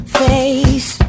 face